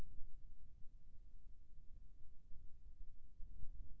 हमर साग साग ला बगरा दाम मा बेचे बर कइसे करी?